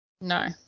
No